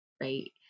right